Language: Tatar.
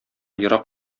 ерак